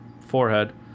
forehead